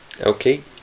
Okay